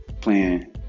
playing